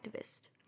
activist